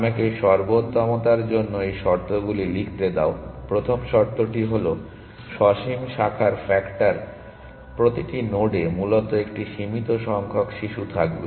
আমাকে সর্বোত্তমতার জন্য এই শর্তগুলি লিখতে দাও প্রথম শর্তটি হল সসীম শাখার ফ্যাক্টর প্রতিটি নোডে মূলত একটি সীমিত সংখ্যক শিশু থাকবে